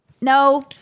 No